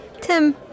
Tim